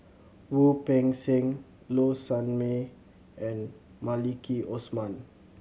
Wu Peng Seng Low Sanmay and Maliki Osman